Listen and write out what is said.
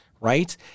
right